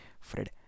Fred